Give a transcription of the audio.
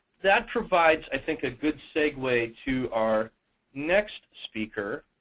that provides, i think, a good segue to our next speaker.